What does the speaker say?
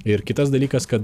ir kitas dalykas kad